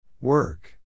Work